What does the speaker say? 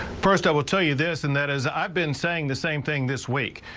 first i will tell you this and that as i've been saying the same thing this week.